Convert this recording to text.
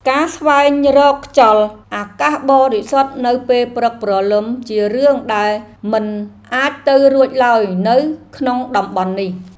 ការស្វែងរកខ្យល់អាកាសបរិសុទ្ធនៅពេលព្រឹកព្រលឹមជារឿងដែលមិនអាចទៅរួចឡើយនៅក្នុងតំបន់នេះ។